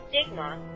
stigma